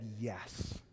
yes